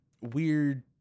weird